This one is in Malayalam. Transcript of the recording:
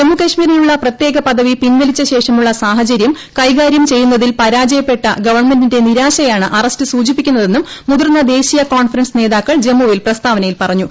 ജമ്മുകശ്മീരിനുള്ള പ്രത്യേക പദവി പിൻവലിച്ചശേഷമുള്ള സാഹചര്യം കൈകാര്യം ചെയ്യുന്നതിൽ പരാജയപ്പെട്ട ഗവൺമെന്റിന്റെ നിരാശയാണ് അറസ്റ്റ് സൂചിപ്പിക്കുന്നതെന്നും മുതിർന്ന ദേശീയ കോൺഫറസൻസ് നേതാക്കൾ ജമ്മുവിൽ പ്രസ്താവനയിൽ പറഞ്ഞു